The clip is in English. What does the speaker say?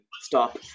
Stop